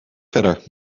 verder